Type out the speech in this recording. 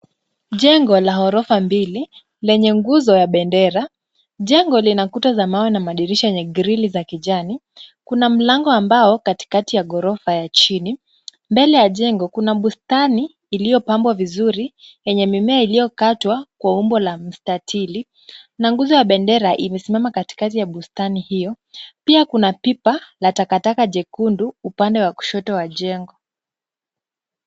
Jengo la ghorofa mbili lenye nguzo ya bendera. Jengo lina kuta za mawe na madirisha yenye grili za kijani. Kuna mlango wa mbao katikati ya ghorofa ya chini. Mbele ya jengo kuna bustani iliyopambwa vizuri yenye mimea iliyokatwa kwa umbo la mstatili na nguzo ya bendera imesimama katikati ya bustani hiyo. Pia, kuna pipa la takataka jekundu upande wa kushoto wa jengo.